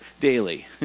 daily